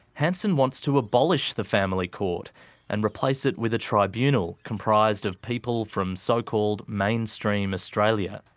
hanson wants to abolish the family court and replace it with a tribunal comprised of people from so-called mainstream australia.